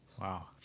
wow